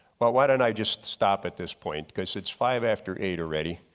well why don't i just stop at this point. cause it's five after eight already,